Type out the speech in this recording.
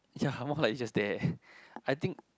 ya more like just there I think